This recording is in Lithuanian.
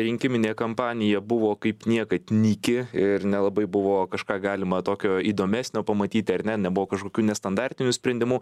rinkiminė kampanija buvo kaip niekad nyki ir nelabai buvo kažką galima tokio įdomesnio pamatyti ar ne nebuvo kažkokių nestandartinių sprendimų